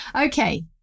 okay